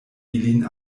ilin